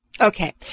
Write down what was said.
Okay